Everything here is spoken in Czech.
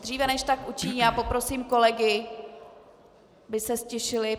Dříve než tak učiní, poprosím kolegy, aby se ztišili.